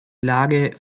lage